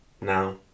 Now